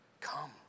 Come